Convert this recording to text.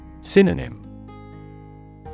Synonym